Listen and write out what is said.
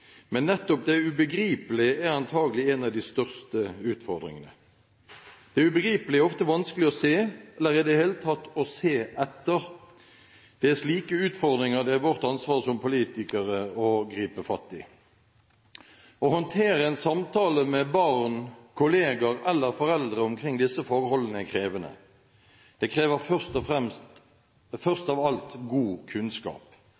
men nettopp det ubegripelige er antagelig en av de største utfordringene. Det ubegripelige er ofte vanskelig å se eller i det hele tatt å se etter. Det er slike utfordringer det er vårt ansvar som politikere å gripe fatt i. Å håndtere en samtale med barn, kolleger eller foreldre omkring disse forholdene er krevende. Det krever først av alt god kunnskap.